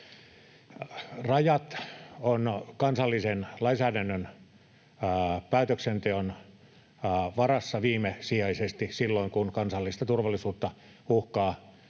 Rajat ovat kansallisen lainsäädännön päätöksenteon varassa viimesijaisesti silloin, kun kansallista turvallisuutta uhkaa